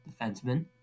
defenseman